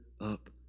up